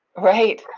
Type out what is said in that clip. right,